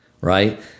right